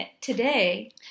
today